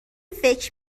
فکر